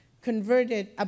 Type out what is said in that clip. converted